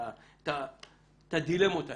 את הדילמות האלה.